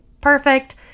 perfect